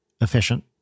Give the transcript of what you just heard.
efficient